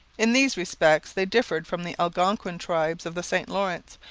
in these respects they differed from the algonquin tribes of the st lawrence,